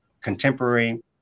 contemporary